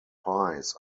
pies